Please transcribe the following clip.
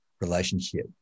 relationship